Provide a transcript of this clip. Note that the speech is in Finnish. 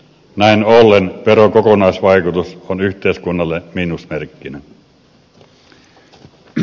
näin ollen veron kokonaisvaikutus on yhteiskunnalle miinusmerkkinen